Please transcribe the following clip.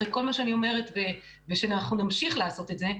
אחרי כל מה שאני אומרת ושאנחנו נמשיך לעשות את זה,